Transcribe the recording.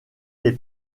les